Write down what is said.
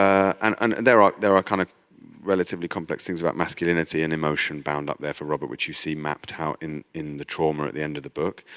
um and and there ah there are kind of relatively complex things about masculinity and emotion bound up there for robert which you see mapped out in in the trauma at the end of the book.